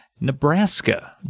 Nebraska